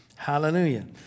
Hallelujah